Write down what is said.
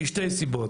משתי סיבות.